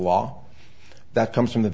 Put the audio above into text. law that comes from the